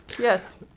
Yes